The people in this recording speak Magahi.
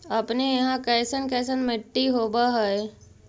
अपने यहाँ कैसन कैसन मिट्टी होब है?